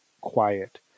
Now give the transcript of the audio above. quiet